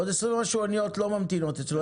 עוד 20 ומשהו אוניות לא ממתינות אצלו.